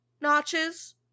notches